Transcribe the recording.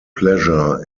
pleasure